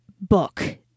book